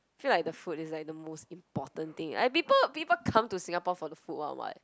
feel like the food is like the most important thing like people people come to Singapore for the food [one] [what]